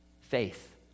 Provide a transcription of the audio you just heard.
faith